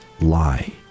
lie